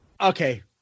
Okay